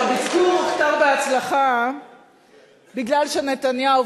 הביקור הוכתר בהצלחה מכיוון שנתניהו,